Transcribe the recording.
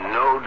no